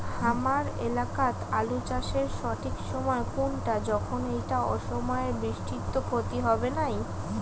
হামার এলাকাত আলু চাষের সঠিক সময় কুনটা যখন এইটা অসময়ের বৃষ্টিত ক্ষতি হবে নাই?